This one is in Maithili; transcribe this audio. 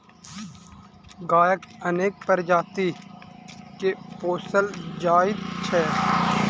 गायक अनेक प्रजाति के पोसल जाइत छै